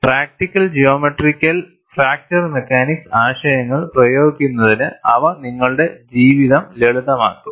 practical ജിയോമെറ്ററിയിൽ fracture mechanics ആശയങ്ങൾ പ്രയോഗിക്കുന്നതിന് അവ നിങ്ങളുടെ ജീവിതം ലളിതമാക്കും